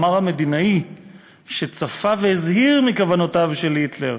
אמר המדינאי שצפה והזהיר מכוונותיו של היטלר,